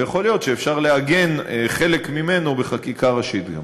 ויכול להיות שאפשר לעגן חלק ממנו גם בחקיקה ראשית.